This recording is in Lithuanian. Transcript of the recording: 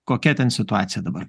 kokia ten situacija dabar